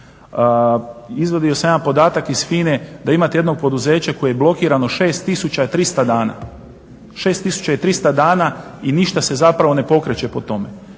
Izvadio sam jedan podatak iz FINA-e da imate jedno poduzeće koje blokirano 6300 dana i ništa se zapravo ne pokreće po tome.